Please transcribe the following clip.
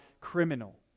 criminal